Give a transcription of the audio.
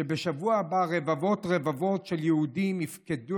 שבשבוע הבא רבבות רבבות של יהודים יפקדו